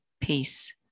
peace